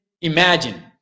imagine